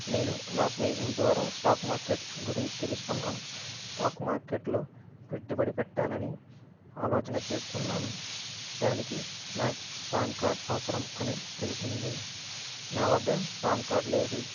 నేను నా స్నేహితుని ద్వారా స్టాక్ మార్కెట్ గురించి తెలుసుకున్నాను స్టాక్ మార్కెట్లో పెట్టుబడి పెట్టాలని ఆలోచన చేస్తున్నాను దానికి నాకు పాన్ కార్డ్ అవసరం అని తెలిసింది నా వద్ద పాన్ కార్డ్ లేదు